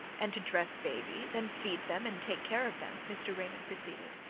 and to dress babies, and feed them, and take care of them, mr. raymond proceeded,